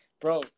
Bro